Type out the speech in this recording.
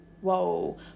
whoa